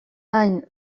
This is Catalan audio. any